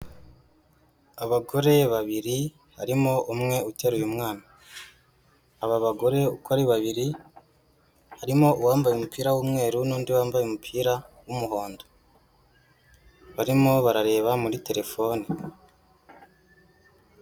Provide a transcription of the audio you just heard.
Abagore babiri harimo umwe uteruye umwana, aba bagore uko ari babiri harimo uwambaye umupira w'umweru n'undi wambaye umupira w'umuhondo, barimo barareba muri telefone.